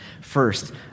First